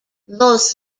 los